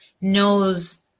knows